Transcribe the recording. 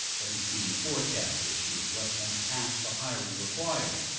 but he's seen the forecast this year less than half the hiring required.